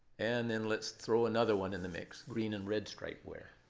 and then let's throw another one in the mix green and red stripe ware.